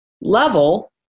level